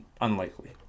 unlikely